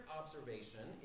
observation